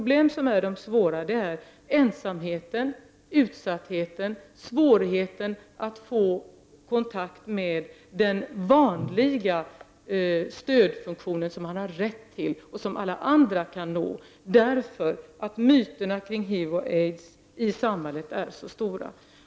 De svåra problemen är ensamheten, utsattheten, svårigheten att få kontakt med den vanliga stödfunktionen som man har rätt till och som alla andra kan nå. Det beror på att myterna kring HIV och aids i samhället är så stora.